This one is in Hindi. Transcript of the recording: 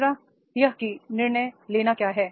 तीसरा यह कि निर्णय लेना क्या है